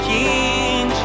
King